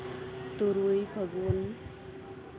ᱛᱩᱨᱩᱭ ᱯᱷᱟᱹᱜᱩᱱ